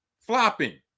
flopping